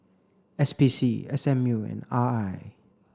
S P C S M U and R I